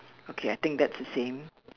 okay I think that's the same